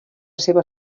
seva